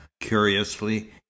curiously